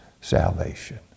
salvation